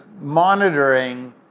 monitoring